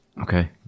Okay